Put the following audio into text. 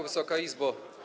Wysoka Izbo!